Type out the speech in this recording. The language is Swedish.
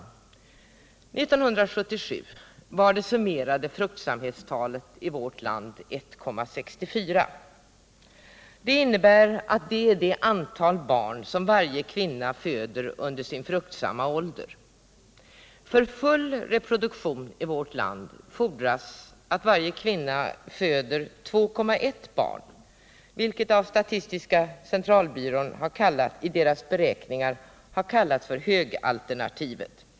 1977 var det summerade fruktsamhetstalet i vårt land 1,64. Det innebär att det är det antal barn som varje kvinna föder under sin fruktsamma ålder. För full reproduktion i vårt land fordras att varje kvinna föder 2,1 barn, vilket i statistiska centralbyråns beräkningar har kallats för högalternativet.